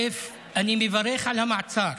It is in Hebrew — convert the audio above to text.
אני מברך על המעצר.